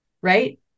right